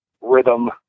rhythm